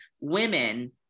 women